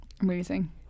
Amazing